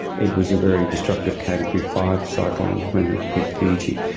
it was a very destructive category five cyclone when it hit fiji.